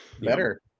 Better